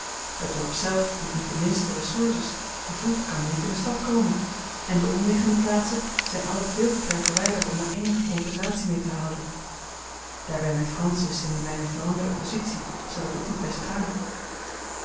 het dorp zelf biedt niet de minste ressources te voet kan men niet in de stad komen en de omliggende plaatsen zijn allen veel te verwijderd om er eenige conversatie mee te houden daarbij met francis en in mijne veranderde positie zou dat ook niet best gaan